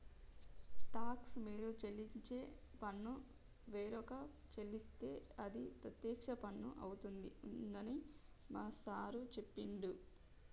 talks మీరు చెల్లించే పన్ను వేరొక చెల్లిస్తే అది ప్రత్యక్ష పన్ను అవుతుందని మా సారు చెప్పిండు